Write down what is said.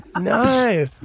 No